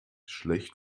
schlecht